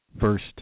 first